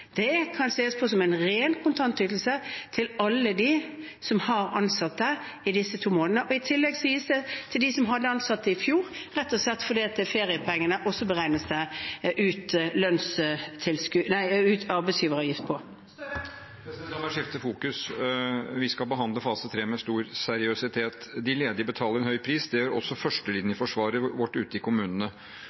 Det kan ses på som en ren kontantytelse til alle dem som har ansatte i disse to månedene. I tillegg gis dette til dem som hadde ansatte i fjor, rett og slett fordi det også beregnes arbeidsgiveravgift på feriepengene. Jonas Gahr Støre – til oppfølgingsspørsmål. La meg skifte fokus. Vi skal behandle fase 3 med stor seriøsitet. De ledige betaler en høy pris. Det gjør også førstelinjeforsvaret vårt ute i kommunene.